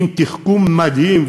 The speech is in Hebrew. עם תחכום מדהים,